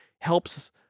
helps